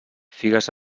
figues